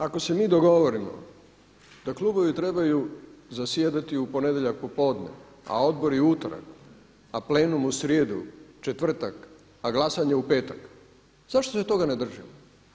Ako se mi dogovorimo da klubovi trebaju zasjedati u ponedjeljak popodne, a odbori u utorak, a plenum u srijedu, četvrtak, a glasanje u petak, zašto se toga ne držimo?